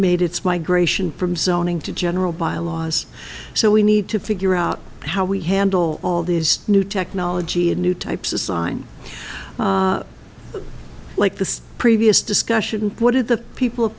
made its migration from zoning to general bylaws so we need to figure out how we handle all these new technology and new types of sign like the previous discussion what did the people